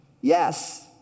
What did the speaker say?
Yes